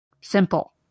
Simple